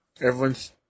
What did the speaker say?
Everyone's